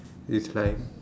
it's like